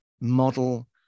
model